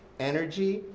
energy,